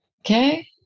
Okay